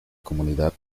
comunidad